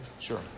Sure